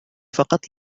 فقط